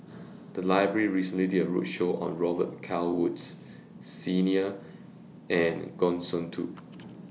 The Library recently did A roadshow on Robet Carr Woods Senior and Goh Sin Tub